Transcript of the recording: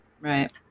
Right